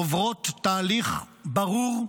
עוברים תהליך ברור,